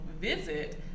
visit